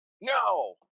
No